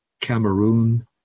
Cameroon